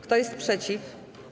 Kto jest przeciw?